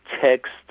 text